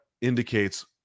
indicates